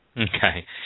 Okay